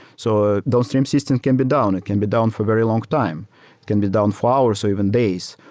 so those stream systems can be down. it can be down for a very long time. it can be down for hours or even days.